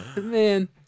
Man